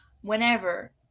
whenever